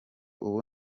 ubu